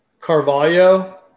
Carvalho